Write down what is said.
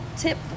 tip